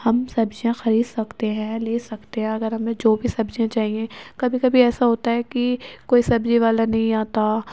ہم سبزیاں خرید سکتے ہیں لے سکتے ہیں اگر ہمیں جو بھی سبزیاں چاہیے کبھی کبھی ایسا ہوتا ہے کہ کوئی سبزی والا نہیں آتا